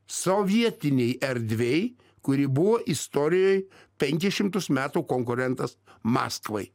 sovietinėj erdvėj kuri buvo istorijoj penkis šimtus metų konkurentas maskvai